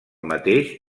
mateix